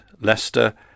Leicester